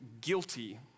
guilty